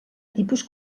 tipus